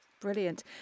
Brilliant